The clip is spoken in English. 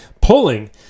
pulling